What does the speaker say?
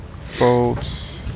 folds